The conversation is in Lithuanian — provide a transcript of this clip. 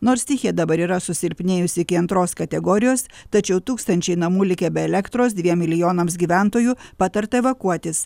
nors stichija dabar yra susilpnėjusi iki antros kategorijos tačiau tūkstančiai namų likę be elektros dviem milijonams gyventojų patarta evakuotis